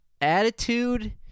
attitude